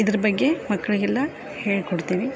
ಇದ್ರ ಬಗ್ಗೆ ಮಕ್ಕಳಿಗೆಲ್ಲ ಹೇಳ್ಕೊಡ್ತೀವಿ